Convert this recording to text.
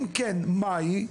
אם כן, מהי,